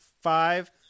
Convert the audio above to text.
Five